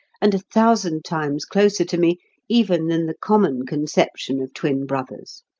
and a thousand times closer to me even than the common conception of twin brothers.